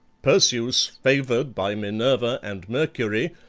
perseus, favored by minerva and mercury,